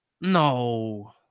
No